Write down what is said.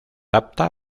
apta